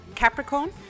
Capricorn